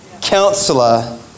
counselor